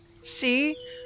See